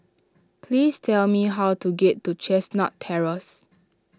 please tell me how to get to Chestnut Terrace